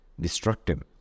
destructive